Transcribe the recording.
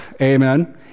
amen